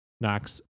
knocks